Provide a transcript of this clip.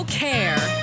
care